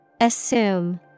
Assume